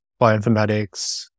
bioinformatics